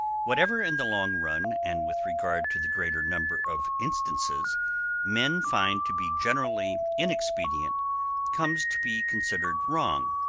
whatever in the long run and with regard to the greater number of instances men find to be generally inexpedient comes to be considered wrong,